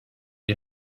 est